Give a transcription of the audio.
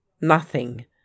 Nothing